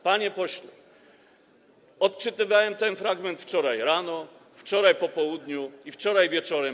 Panie pośle, odczytywałem ten fragment wczoraj rano, wczoraj po południu i wczoraj wieczorem.